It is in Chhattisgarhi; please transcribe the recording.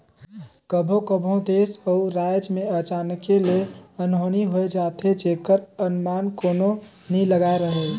कभों कभों देस अउ राएज में अचानके ले अनहोनी होए जाथे जेकर अनमान कोनो नी लगाए रहें